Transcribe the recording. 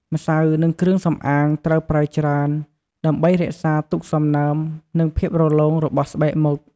ម្សៅនិងគ្រឿងសំអាងត្រូវប្រើច្រើន ដើម្បីរក្សាទុកសំណើម និងភាពរលោងរបស់ស្បែកមុខ។